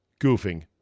goofing